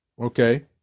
Okay